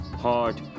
hard